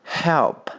help